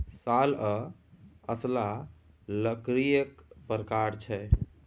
साल आ असला लकड़ीएक प्रकार छै